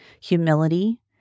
humility